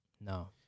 No